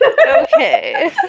Okay